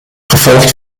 gevolgd